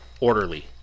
orderly